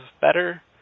better